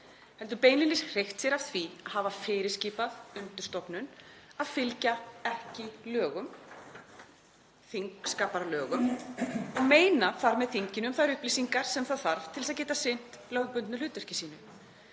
heldur beinlínis hreykt sér af því að hafa fyrirskipað undirstofnun að fylgja ekki lögum, þingskapalögum, og þar með meinað þinginu um þær upplýsingar sem það þarf til að geta sinnt lögbundnu hlutverki sínu.